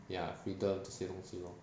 ya freedom 这些东西 lor